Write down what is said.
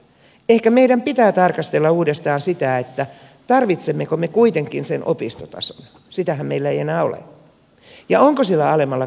ehkä meidän pitää tarkastella uudestaan sitä tarvitsemmeko me kuitenkin sen opistotason sitähän meillä ei enää ole ja onko sillä alemmalla korkeakoulutuksella hukin papereilla hum